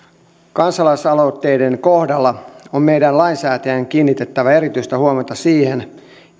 kansalaisaloitteiden kohdalla on meidän lainsäätäjien kiinnitettävä erityistä huomiota siihen